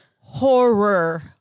horror